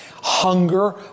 hunger